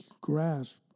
grasp